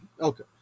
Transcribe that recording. Okay